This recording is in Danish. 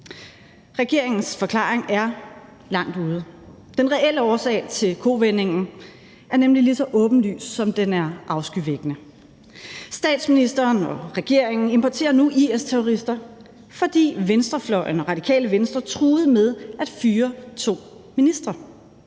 Regeringens forklaring er langt ude. Den reelle årsag til kovendingen er nemlig lige så åbenlys, som den er afskyvækkende: Statsministeren og regeringen importerer nu IS-terrorister, fordi venstrefløjen og Radikale Venstre truede med at fyre to ministre.